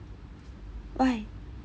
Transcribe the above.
why